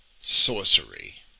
sorcery